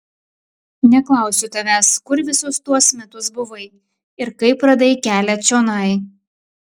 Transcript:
neklausiu tavęs kur visus tuos metus buvai ir kaip radai kelią čionai